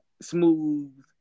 smooth